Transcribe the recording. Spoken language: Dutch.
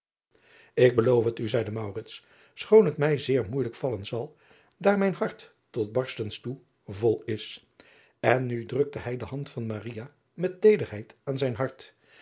k beloof het u zeide schoon het mij zeer moeijelijk vallen zal daar mijn hart tot barstens toe vol is en nu drukte hij de hand van met teederheid aan zijn hart